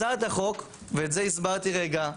הצעת החוק, ואת זה הסברתי פה,